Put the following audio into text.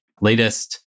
latest